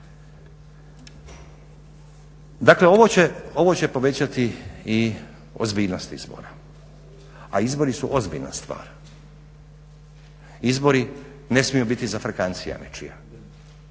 će, ovo će povećati i ozbiljnost izbora, a izbori su ozbiljna stvar, izbori ne smiju biti zafrkancija nečija,